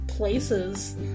Places